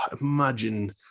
imagine